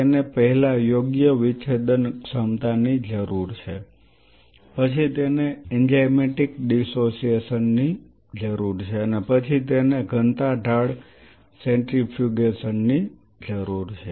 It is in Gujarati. તેને પેહલા યોગ્ય વિચ્છેદન ક્ષમતાની જરૂર છે પછી તેને એન્ઝાઇમેટિક ડિસોસિએશન ની જરૂર છે અને પછી તેને ઘનતા ઢાળ સેન્ટ્રીફ્યુગેશન ની જરૂર છે